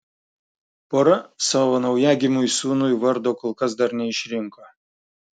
pora savo naujagimiui sūnui vardo kol kas dar neišrinko